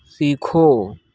सीखो